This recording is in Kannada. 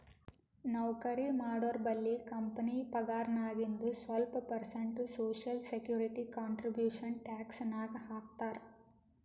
ನೌಕರಿ ಮಾಡೋರ್ಬಲ್ಲಿ ಕಂಪನಿ ಪಗಾರ್ನಾಗಿಂದು ಸ್ವಲ್ಪ percent social security contribution tax ನಾಗ್ ಹಾಕ್ತಾರ್